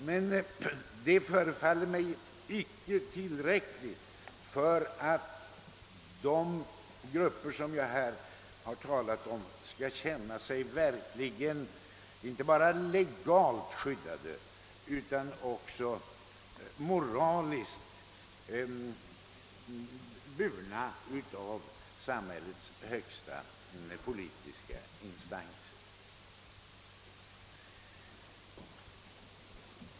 Men detta förefaller mig icke tillräckligt för att de grupper som jag här talat om skall känna sig inte bara legalt skyddade utan också moraliskt burna av samhällets högsta politiska instanser.